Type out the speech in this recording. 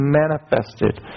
manifested